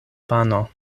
pano